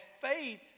faith